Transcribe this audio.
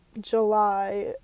July